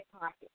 pocket